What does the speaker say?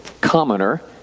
commoner